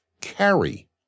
carry